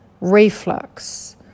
reflux